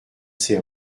ses